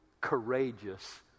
courageous